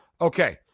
okay